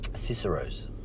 cicero's